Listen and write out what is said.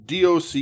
DOC